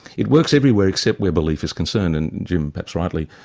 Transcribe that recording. it works everywhere except where belief is concerned, and jim perhaps rightly,